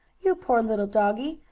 you poor little doggie!